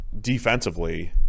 defensively